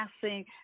passing